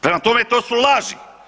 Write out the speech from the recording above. Prema tome to su laži.